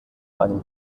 einem